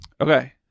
okay